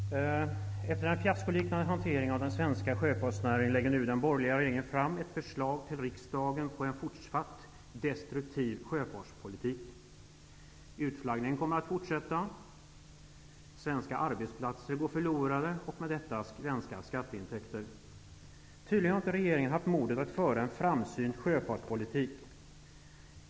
Fru talman! Efter en fiaskoliknande hantering av den svenska sjöfartsnäringen lägger nu den borgerliga regeringen fram ett förslag till riksdagen om en fortsatt destruktiv sjöfartspolitik. Utflaggningen kommer att fortsätta, svenska arbetsplatser kommer att gå förlorade och med detta svenska skatteintäkter. Regeringen har tydligen inte haft modet att föra en framsynt sjöfartspolitik.